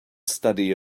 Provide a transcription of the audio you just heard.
study